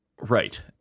Right